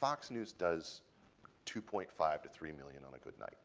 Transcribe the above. fox news does two point five to three million on a good night.